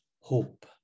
hope